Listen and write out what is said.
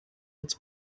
its